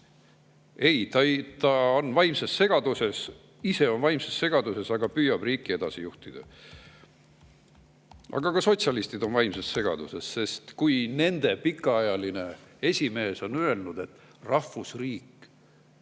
Ei, ta on vaimses segaduses. Ise on vaimses segaduses, aga püüab riiki edasi juhtida! Aga ka sotsialistid on vaimses segaduses. Nende pikaajaline esimees on öelnud, et rahvusriik